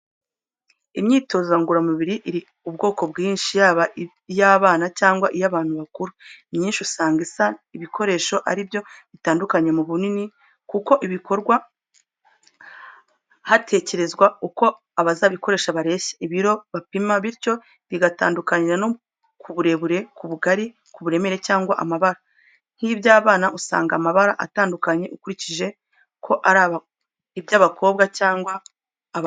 Imyitozo ngororamubiri iri ubwoko bwinshi, yaba iy'abana cyangwa iy'abantu bakuru, imyinshi usanga isa, ibikoresho ari byo bitandukanye mu bunini, kuko bikorwa hatekerezwa uko abazabikoresha bareshya, ibiro bapima, bityo bigatandukanira no ku burebure, ku bugari, ku buremere cyangwa amabara, nk'iby'abana usanga amabara atandukanye ukurikije ko ari iby'abakobwa cyangwa abahungu.